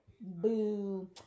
Boo